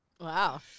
wow